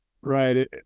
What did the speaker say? right